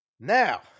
Now